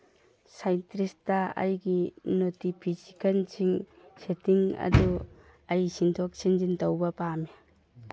ꯁꯥꯏꯇ꯭ꯔꯤꯁꯇ ꯑꯩꯒꯤ ꯅꯣꯇꯤꯐꯤꯀꯤꯁꯟꯁꯤꯡ ꯁꯦꯇꯤꯡ ꯑꯗꯨ ꯑꯩ ꯁꯤꯟꯗꯣꯛ ꯁꯤꯟꯖꯤꯟ ꯇꯧꯕ ꯄꯥꯝꯃꯤ